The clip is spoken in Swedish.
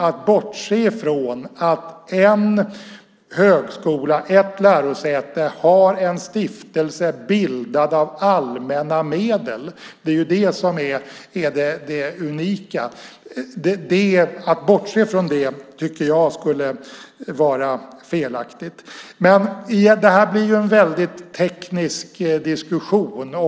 Att bortse från att en högskola, ett lärosäte, har en stiftelse bildad av allmänna medel - det är det som är det unika - tycker jag skulle vara fel. Det här blir en väldigt teknisk diskussion.